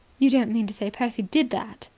you don't mean to say percy did that?